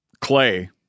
Clay